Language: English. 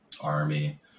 Army